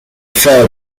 fair